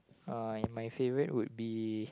uh my favourite would be